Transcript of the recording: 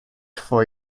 for